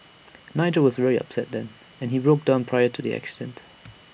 Nigel was very upset then and he broke down prior to the accident